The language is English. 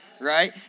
right